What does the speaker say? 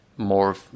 more